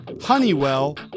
Honeywell